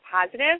positive